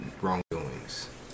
wrongdoings